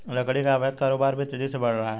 लकड़ी का अवैध कारोबार भी तेजी से बढ़ रहा है